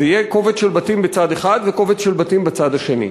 זה יהיה קובץ של בתים בצד אחד וקובץ של בתים בצד השני.